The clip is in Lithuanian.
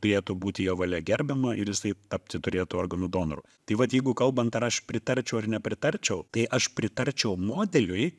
turėtų būti jo valia gerbiama ir jisai tapti turėtu organų donoru tai vat jeigu kalbant ar aš pritarčiau ar nepritarčiau tai aš pritarčiau modeliui